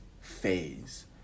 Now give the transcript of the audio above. phase